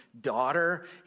daughter